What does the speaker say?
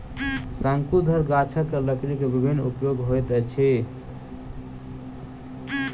शंकुधर गाछक लकड़ी के विभिन्न उपयोग होइत अछि